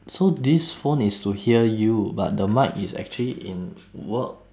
so this phone is to hear you but the mic is actually in work